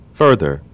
further